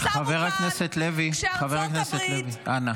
חבר הכנסת לוי, אנא.